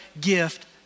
gift